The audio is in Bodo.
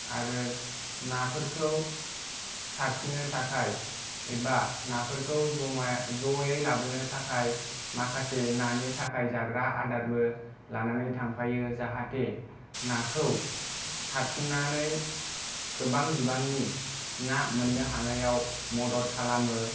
आरो नाफोरखौ सारसिननो थाखाय एबा नाफोरखौ ज'मा ज'यै लाबोनो थाखाय माखासे नानि थाखाय जाग्रा आदारबो लानानै थांफायो जाहाते नाखौ सारसिननानै गोबां बिबांनि ना मोन्नो हानायाव मदद खालामो